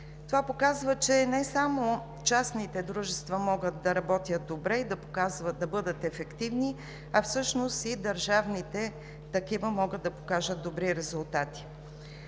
Това показва, че не само частните дружества могат да работят добре и да бъдат ефективни, а всъщност и държавните такива могат да покажат добри резултати.